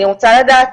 אני רוצה לדעת,